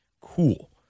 cool